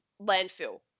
landfill